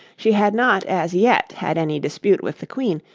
she had not as yet had any dispute with the queen,